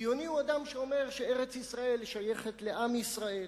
ציוני הוא אדם שאומר שארץ-ישראל שייכת לעם ישראל